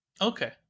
Okay